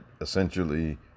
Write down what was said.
essentially